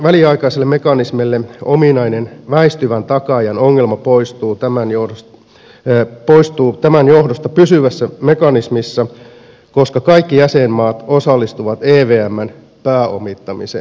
väliaikaisille mekanismille ominainen väistyvän takaajan ongelma poistuu tämän johdosta pysyvässä mekanismissa koska kaikki jäsenmaat osallistuvat evmn pääomittamiseen